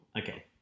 okay